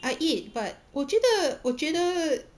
I eat but 我觉得我觉得